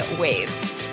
waves